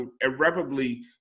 irreparably